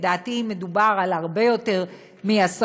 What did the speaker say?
לדעתי מדובר על הרבה יותר מעשרות,